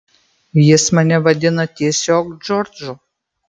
jis mane vadina tiesiog džordžu